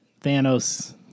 Thanos